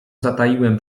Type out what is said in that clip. zataiłem